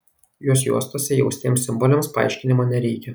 jos juostose įaustiems simboliams paaiškinimo nereikia